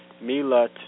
Mila